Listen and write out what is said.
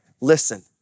Listen